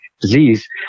disease